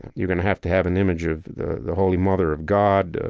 you're going to have to have an image of the the holy mother of god,